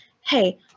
hey